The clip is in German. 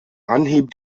anhieb